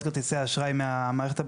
חברות כרטיסי האשראי מהמערכת הבנקאית.